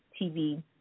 TV